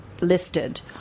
listed